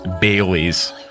Bailey's